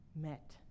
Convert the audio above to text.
met